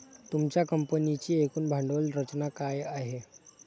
तुमच्या कंपनीची एकूण भांडवल रचना काय आहे?